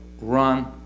run